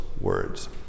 words